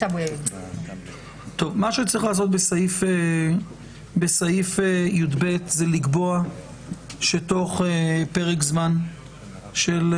מה שצריך לעשות בסעיף י"ב זה לקבוע שתוך פרק זמן של,